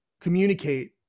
communicate